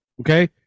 okay